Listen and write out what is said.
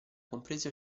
compresi